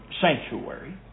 sanctuary